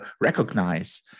recognize